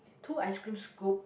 two ice cream scoop